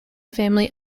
family